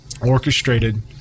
orchestrated